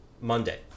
Monday